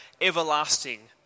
everlasting